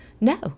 No